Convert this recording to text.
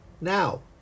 Now